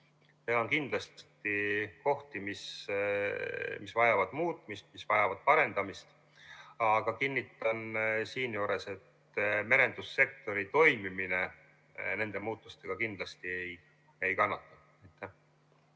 On kindlasti kohti, mis vajavad muutmist, mis vajavad parendamist. Aga kinnitan siinjuures, et merendussektori toimimine nende muutuste tõttu kindlasti ei kannata.